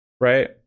right